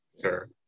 sure